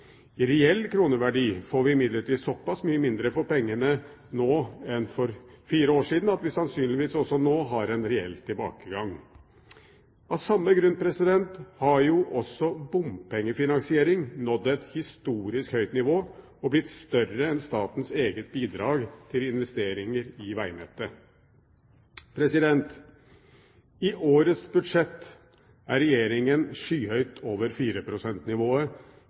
I reell kroneverdi får vi imidlertid såpass mye mindre for pengene nå enn for fire år siden at vi sannsynligvis også nå har en reell tilbakegang. Av samme grunn har jo også bompengefinansiering nådd et historisk høyt nivå og blitt større enn statens eget bidrag til investeringer i vegnettet. I årets budsjett er Regjeringen skyhøyt over